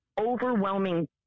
overwhelming